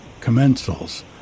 commensals